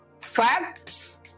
facts